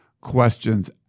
questions